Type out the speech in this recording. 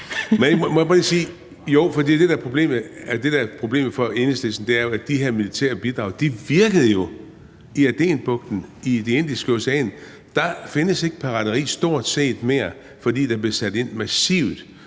det, der er problemet for Enhedslisten, er jo, at de her militære bidrag jo virkede i Adenbugten i Det Indiske Ocean. Der findes stort set ikke pirateri mere, for der blev sat massivt